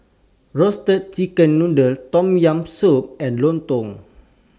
Roasted Chicken Noodle Tom Yam Soup and Lontong